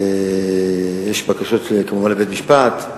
יש כמובן בקשות לבית-המשפט,